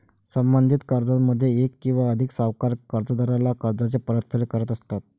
संबंधित कर्जामध्ये एक किंवा अधिक सावकार कर्जदाराला कर्जाची परतफेड करत असतात